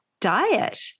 diet